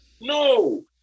No